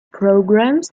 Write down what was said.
programs